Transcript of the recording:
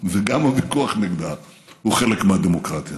וגם הוויכוח נגדה הוא חלק מהדמוקרטיה.